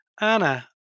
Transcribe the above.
Anna